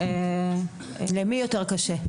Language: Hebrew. למי יותר קשה?